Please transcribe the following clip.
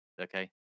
Okay